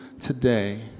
today